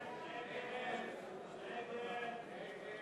מי נמנע?